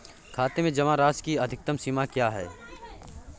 खाते में जमा राशि की अधिकतम सीमा क्या है?